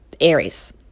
Aries